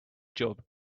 job